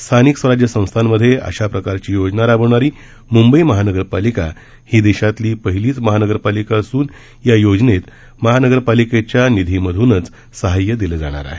स्थानिक स्वराज्य संस्थांमध्ये अशा प्रकारची योजना राबवणारी मुंबई महानगरपालिका ही देशातली पहिलीच महानगरपालिका असून या योजनेत महानगरपालिकेच्या निधीमधूनच सहाय्य देण्यात येणार आहे